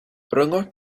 rhyngot